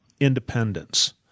independence